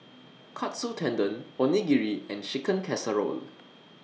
Katsu Tendon Onigiri and Chicken Casserole